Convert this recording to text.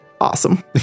awesome